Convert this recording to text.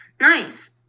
Nice